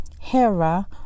Hera